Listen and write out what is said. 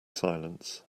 silence